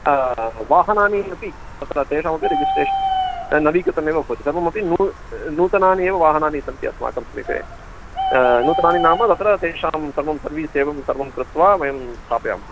वाहनानि अपि तत्र तेषामपि रिजिस्ट्रेशन् नवीकृतमेव भवति सर्वमपि नू नूतनानि एव वाहनानि सन्ति अस्माकं समीपे नूतनानि नाम तत्र तेषां सर्वं सर्वीस् एवं सर्वं कृत्वा वयं स्थापयामः